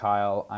Kyle